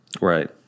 Right